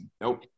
Nope